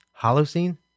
Holocene